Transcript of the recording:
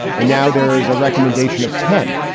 and now there is a recommendation of ten.